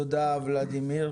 תודה ולדימיר.